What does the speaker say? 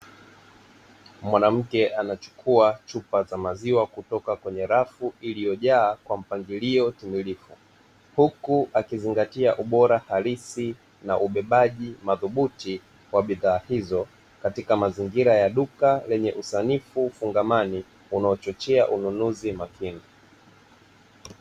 Mwanamke anachukua chupa za maziwa kutoka kwenye rafu iliyojaa kwa mpangilio timilifu, huku akizingatia ubora halisi na ubebaji madhubuti kwa bidhaa hizo katika mazingira ya duka lenye usanifu fungamani unaochochea ununuzi makini.